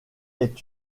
est